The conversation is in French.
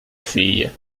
fille